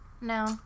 No